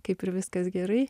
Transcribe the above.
kaip ir viskas gerai